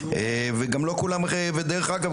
דרך אגב,